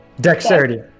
dexterity